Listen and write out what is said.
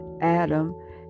Adam